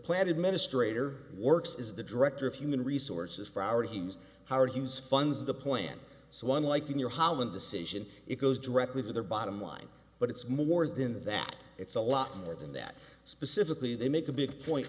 plan administrator works is the director of human resources for our teams howard hughes funds the plan so one like in your holland decision it goes directly to their bottom line but it's more than that it's a lot more than that specifically they make a big point